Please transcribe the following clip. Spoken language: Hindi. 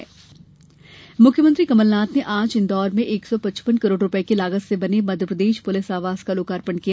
मुख्यमंत्री लोकार्पण मुख्यमंत्री कमलनाथ ने आज इन्दौर में एक सौ पचपन करोड़ रुपये की लागत से बने मध्यप्रदेश पुलिस आवास का लोकार्पण किया